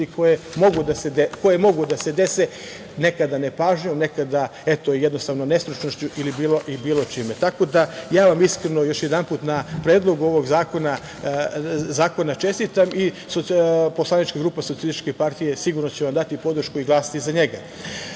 koje mogu da se dese, nekada nepažnjom, nekada jednostavno nestručnošću ili bilo čime. Tako da, ja vam iskreno još jedanput na predlogu ovog zakona čestitam i Poslanička grupa Socijalističke partije sigurno će vam dati podršku i glasati za njega. Drugi